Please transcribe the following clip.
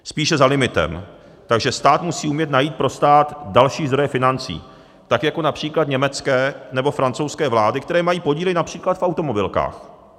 Spíše za limitem, takže stát musí umět najít pro stát další zdroje financí tak jako například německé nebo francouzské vlády, které mají podíly například v automobilkách.